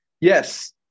yes